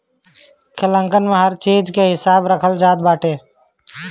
लेखांकन में हर चीज के हिसाब रखल जात बाटे